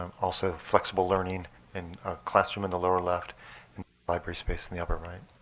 um also flexible learning in a classroom in the lower left and library space in the upper right.